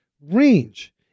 range